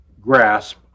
grasp